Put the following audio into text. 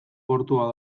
portua